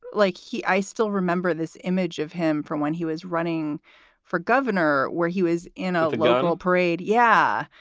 like he i still remember this image of him from when he was running for governor, where he was in a parade. yeah.